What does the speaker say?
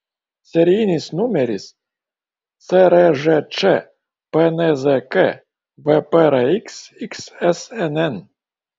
serijinis numeris cržč pnzk vprx xsnn